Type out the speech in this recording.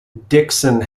dixon